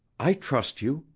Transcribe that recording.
i trust you,